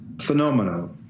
Phenomenal